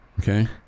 Okay